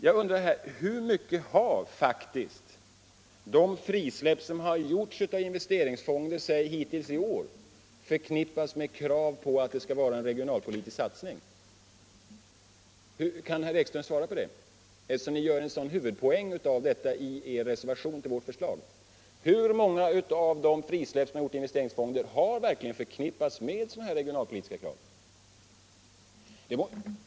Jag undrar också hur mycket av de frisläpp som har gjorts av investeringsfonderna — säg hittills i år — som faktiskt har förknippats med krav på en regionalpolitisk satsning. Kan herr Ekström svara på det? Eftersom ni gör en sådan huvudpoäng av detta i rer reservation till vårt förslag, undrar jag: Hur många av de frisläpp som har gjorts av investeringsfonder har verkligen förknippats med sådana regionalpolitiska krav?